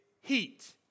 heat